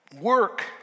Work